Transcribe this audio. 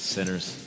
Sinners